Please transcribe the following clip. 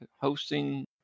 hosting